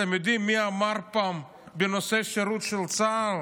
אתם יודעים מי אמר פעם בנושא שירות בצה"ל